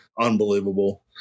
unbelievable